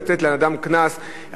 לתת לאדם קנס,